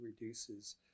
reduces